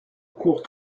court